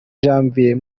janvier